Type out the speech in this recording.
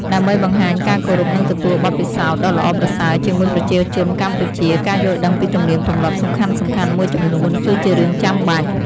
ដើម្បីបង្ហាញការគោរព និងទទួលបទពិសោធន៍ដ៏ល្អប្រសើរជាមួយប្រជាជនកម្ពុជា ការយល់ដឹងពីទំនៀមទម្លាប់សំខាន់ៗមួយចំនួនគឺជារឿងចាំបាច់។